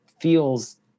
feels